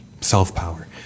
self-power